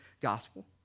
gospel